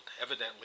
evidently